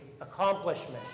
accomplishment